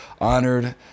honored